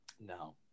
no